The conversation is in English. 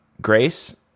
grace